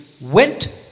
went